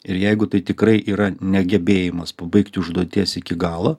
ir jeigu tai tikrai yra negebėjimas pabaigti užduoties iki galo